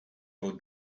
your